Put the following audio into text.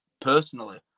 personally